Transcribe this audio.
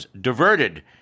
diverted